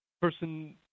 person